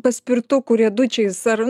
paspirtuku riedučiais ar